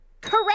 Correct